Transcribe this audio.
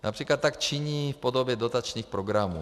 Například tak činí v podobě dotačních programů.